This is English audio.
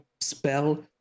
spell